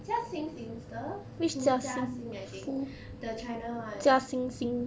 jia xin's insta fu jia xin I think the china [one]